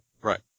Right